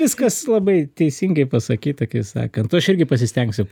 viskas labai teisingai pasakyta kaip sakant aš irgi pasistengsiu